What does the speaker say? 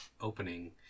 opening